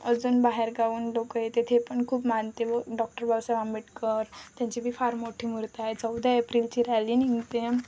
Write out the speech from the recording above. अजून बाहेरगावाहून लोक येते ते पण खूप मानते व डॉक्टर बाबासाहेब आंबेडकर त्यांची बी फार मोठी मूर्ती आहे चौदा एप्रिलची रॅली निघते